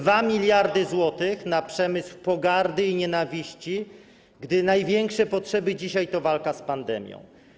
2 mld zł na przemysł pogardy i nienawiści, gdy największa potrzeba dzisiaj to walka z pandemią.